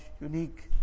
unique